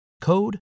code